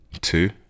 two